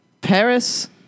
Paris